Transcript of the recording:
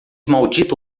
maldito